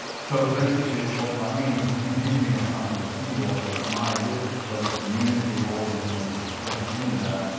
so basically, what that means, if you give me a sample of seawater, and i look at the community of organisms that is present in there,